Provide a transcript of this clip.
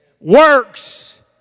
Works